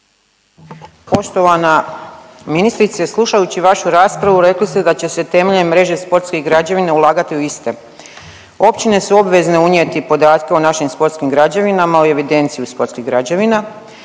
Poštovana ministrice, slušajući vašu raspravu rekli ste da će se temeljem režije sportskih građevina ulagati u iste. Općine su obvezne unijeti podatke o našim sportskim građevinama u evidenciju sportskih građevina,